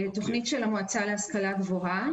תכנית של המועצה להשכלה גבוהה,